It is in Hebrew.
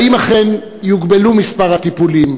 1. האם אכן יוגבל מספר הטיפולים?